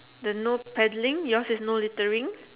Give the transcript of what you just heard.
the no paddling yours is no littering